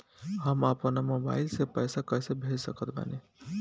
हम अपना मोबाइल से पैसा कैसे भेज सकत बानी?